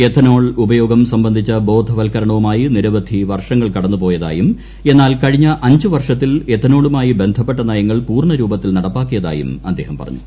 ethanol ഉപയോഗം സംബന്ധിച്ച ബോധവൽക്കരണങ്ങളുമായി നിരവധി വർഷങ്ങൾ കടന്നു പോയതായും എന്നാൽ കഴിഞ്ഞ അഞ്ച് വർഷത്തിൽ എത്തനോളുമായി ബന്ധപ്പെട്ട നയങ്ങൾ പൂർണ്ണ രൂപത്തിൽ നടപ്പാക്കിയതായും അദ്ദേഹം പറഞ്ഞു